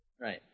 Right